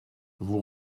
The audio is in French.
vous